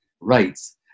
rights